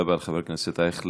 תודה רבה לחבר הכנסת אייכלר.